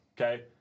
okay